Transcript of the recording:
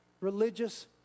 religious